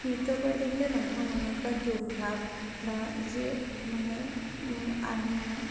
নৃত্য কৰি থাকিলে মানুহৰ মনৰ পৰা দুখ ভাব বা যি মানে